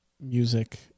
music